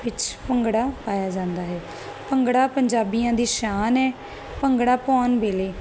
ਵਿਚ ਭੰਗੜਾ ਪਾਇਆ ਜਾਂਦਾ ਹੈ ਭੰਗੜਾ ਪੰਜਾਬੀਆਂ ਦੀ ਸ਼ਾਨ ਹ ਭੰਗੜਾ ਪਾਉਣ ਵੇਲੇ